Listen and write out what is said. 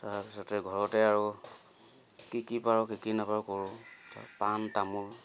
তাৰপিছতে ঘৰতে আৰু কি কি পাৰোঁ কি কি নাপাওঁ কৰোঁ পাণ তামোল